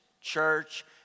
church